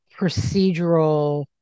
procedural